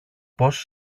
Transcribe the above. πώς